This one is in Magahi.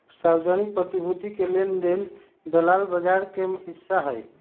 सार्वजनिक प्रतिभूति के लेन देन दलाल बजार के हिस्सा हई